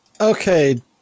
Okay